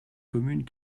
communes